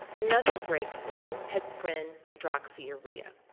another breakthrough has been hydroxyurea.